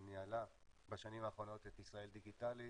היא ניהלה בשנים האחרונות את ישראל דיגיטלית.